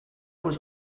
was